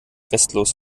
restlos